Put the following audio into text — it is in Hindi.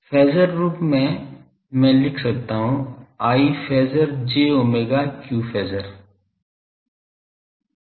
फेज़र रूप में मैं लिख सकता हूं I phasor j omega q phasor होगा